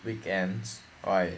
weekends why